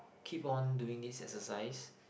keep on doing this exercise